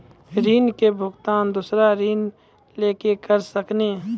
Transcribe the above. ऋण के भुगतान दूसरा ऋण लेके करऽ सकनी?